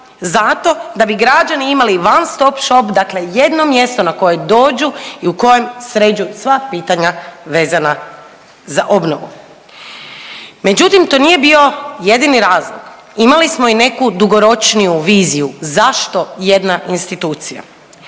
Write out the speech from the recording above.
zato da bi građani imali one stop shop, dakle jedno mjesto na koje dođu i u kojem sređuju sva pitanja vezana za obnovu. Međutim, to nije bio jedini razlog. Imali smo i neku dugoročniju viziju zašto jedna institucija.